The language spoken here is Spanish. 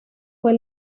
fue